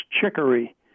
chicory